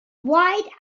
wide